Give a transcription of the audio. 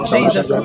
Jesus